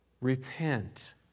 repent